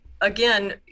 Again